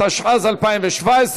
התשע"ז 2017,